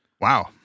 Wow